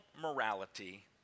morality